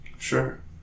Sure